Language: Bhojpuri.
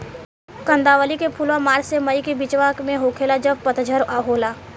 कंदावली के फुलवा मार्च से मई के बिचवा में होखेला जब पतझर होला